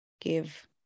give